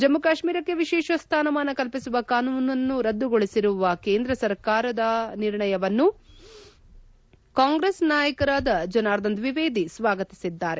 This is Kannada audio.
ಜಮ್ನು ಕಾತ್ನೀರಕ್ಕೆ ವಿಶೇಷ ಸ್ಥಾನಮಾನ ಕಲ್ಪಿಸುವ ಕಾನೂನು ರದ್ದುಗೊಳಿಸುವ ಕೇಂದ್ರ ಸರಕಾರದ ನಿರ್ಣಯವನ್ನು ಕಾಂಗ್ರೆಸ್ ನಾಯಕ ಜನಾರ್ದನ್ ದ್ವಿವೇದಿ ಸ್ವಾಗತಿಸಿದ್ದಾರೆ